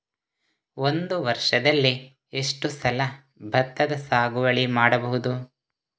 ಒಂದು ವರ್ಷದಲ್ಲಿ ಎಷ್ಟು ಸಲ ಭತ್ತದ ಸಾಗುವಳಿ ಮಾಡಬಹುದು?